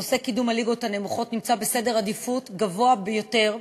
נושא קידום הליגות הנמוכות נמצא בעדיפות גבוהה ביותר,